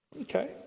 Okay